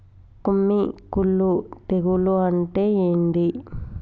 కొమ్మి కుల్లు తెగులు అంటే ఏంది?